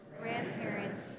grandparents